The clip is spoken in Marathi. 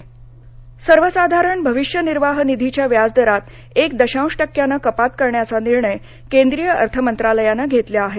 पीपीएफ सर्वसाधारण भविष्य निर्वाह निधीच्या व्याजदरात एक दशांश टक्क्यानं कपात करण्याचा निर्णय केंद्रीय अर्थमंत्रालयानं घेतला आहे